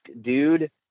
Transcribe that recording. dude